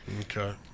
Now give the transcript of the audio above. Okay